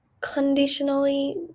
conditionally